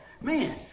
man